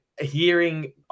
hearing